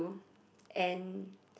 and